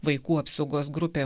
vaikų apsaugos grupė